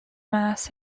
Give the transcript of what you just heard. mass